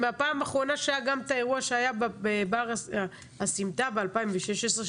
מהפעם האחרונה שהיה בבר הסמטה ב-2016,